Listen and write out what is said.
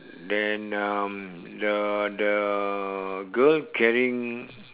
then um the the girl carrying